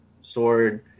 sword